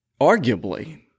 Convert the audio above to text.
arguably